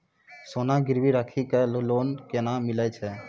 सोना गिरवी राखी कऽ लोन केना मिलै छै?